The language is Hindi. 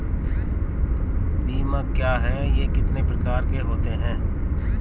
बीमा क्या है यह कितने प्रकार के होते हैं?